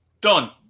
done